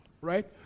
right